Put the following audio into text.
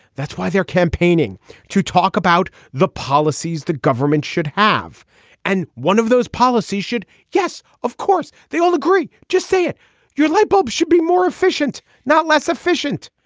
that's why they're campaigning to talk about the policies the government should have and one of those policy should. yes of course they all agree. just say it your light bulb should be more efficient not less efficient.